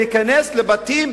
להיכנס לבתים,